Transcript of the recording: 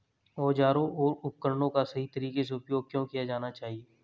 औजारों और उपकरणों का सही तरीके से उपयोग क्यों किया जाना चाहिए?